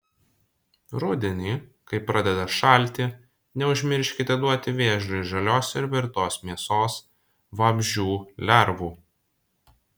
rudenį kai pradeda šalti neužmirškite duoti vėžliui žalios ir virtos mėsos vabzdžių lervų